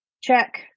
Check